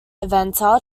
inventor